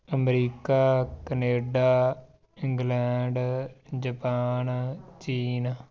America Canada England Japan ਚੀਨ